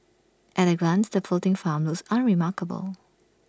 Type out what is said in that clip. at A glance the floating farms unremarkable